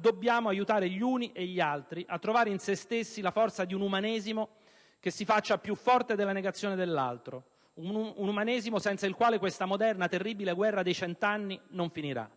dobbiamo aiutare gli uni e gli altri a trovare in se stessi la forza di un umanesimo che si faccia più forte della negazione dell'altro, un umanesimo senza il quale questa moderna terribile guerra dei cent'anni non finirà.